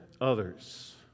others